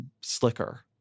slicker